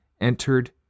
entered